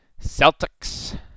Celtics